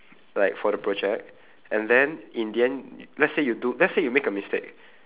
like for the project and then in the end let's say you do let's say you make a mistake